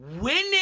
winning